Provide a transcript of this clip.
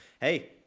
hey